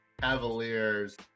Cavaliers